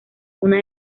una